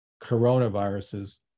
coronaviruses